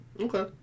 Okay